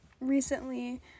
recently